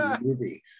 movie